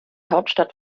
hauptstadt